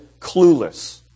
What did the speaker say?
clueless